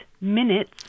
minutes